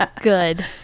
good